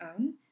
own